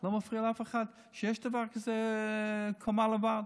לא מפריע לאף אחד שיש דבר כזה קומה לבד,